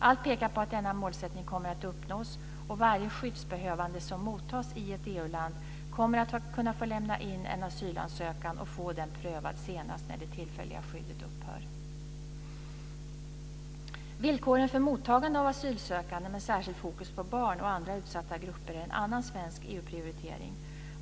Allt pekar på att denna målsättning kommer att uppnås och varje skyddsbehövande som mottas i ett EU-land kommer att kunna få lämna in en asylansökan och få den prövad senast när det tillfälliga skyddet upphör. Villkoren för mottagande av asylsökande med särskild fokus på barn och andra utsatta grupper är en annan svensk EU-prioritering.